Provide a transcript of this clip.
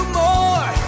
more